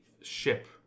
ship